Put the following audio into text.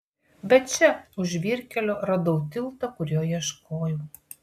bet čia už žvyrkelio radau tiltą kurio ieškojau